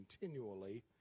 continually